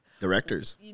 Directors